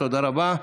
תודה רבה.